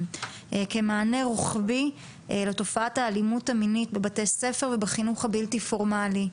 כמענה רוחבי לתופעת האלימות המינית בבתי הספר ובחינוך הבלתי פורמלי.